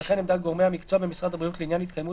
וכן עמדת גורמי המקצוע במשרד הבריאות לעניין התקיימות